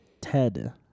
Ted